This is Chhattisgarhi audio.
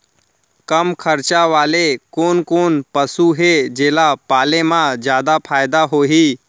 कम खरचा वाले कोन कोन पसु हे जेला पाले म जादा फायदा होही?